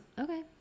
Okay